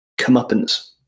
comeuppance